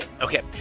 okay